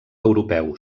europeu